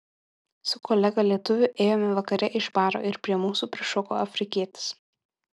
su kolega lietuviu ėjome vakare iš baro ir prie mūsų prišoko afrikietis